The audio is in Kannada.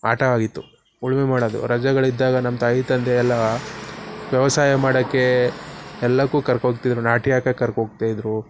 ಆಟ ಆಗಿತ್ತು ಉಳುಮೆ ಮಾಡೋದು ರಜೆಗಳಿದ್ದಾಗ ನಮ್ಮ ತಾಯಿ ತಂದೆ ಎಲ್ಲ ವ್ಯವಸಾಯ ಮಾಡೋಕ್ಕೆ ಎಲ್ಲದಕ್ಕೂ ಕರ್ಕೋಗ್ತಿದ್ರು ನಾಟಿ ಹಾಕೋಕೆ ಕರ್ಕೋಗ್ತಾಯಿದ್ರು